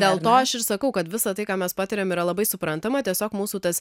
dėl to aš ir sakau kad visa tai ką mes patiriam yra labai suprantama tiesiog mūsų tas